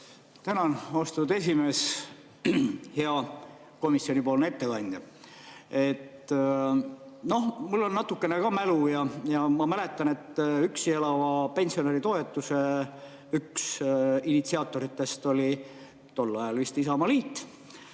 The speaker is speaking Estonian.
Tänan, austatud esimees! Hea komisjoni ettekandja! Noh, mul on natukene ka mälu ja ma mäletan, et üksi elava pensionäri toetuse üks initsiaatoritest oli tol ajal vist Isamaaliit